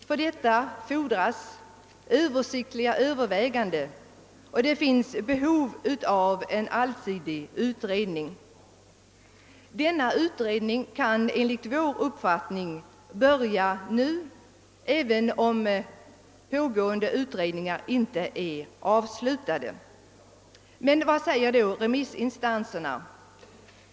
För detta fordras översiktliga överväganden, och det finns behov av en allsidig utredning. Den kan enligt vår uppfattning börja nu, även om pågående utredningar inte är avslutade. Vad anser då remissinstanserna?